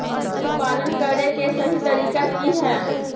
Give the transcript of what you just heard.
पशुपालन करें के सही तरीका की हय?